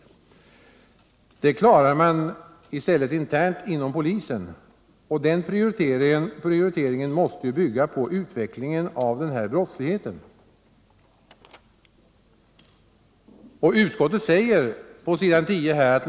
Men detta klarar man i stället internt inom polisen, och den prioriteringen måste bygga på utvecklingen av den här nämnda brottsligheten.